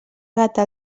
gata